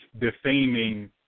defaming